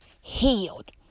healed